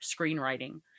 screenwriting